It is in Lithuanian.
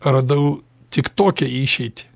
radau tik tokią išeitį